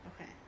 Okay